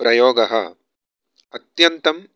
प्रयोगः अत्यन्तम्